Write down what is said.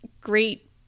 great